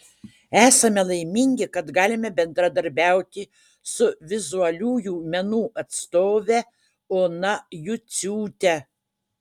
esame laimingi kad galime bendradarbiauti su vizualiųjų menų atstove ona juciūte